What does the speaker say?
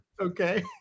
Okay